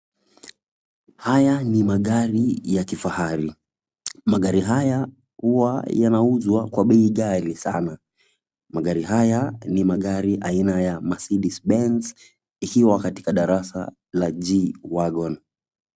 Haya ni magari ya kifahari. Magari haya huwa yanauzwa kwa bei ghali sana. Magari haya ni aina ya Mercedes Benz ikiwa katika darasa la G-wagon.